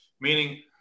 meaning